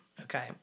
Okay